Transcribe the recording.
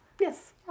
Yes